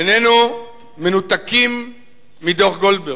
איננו מנותקים מדוח-גולדברג.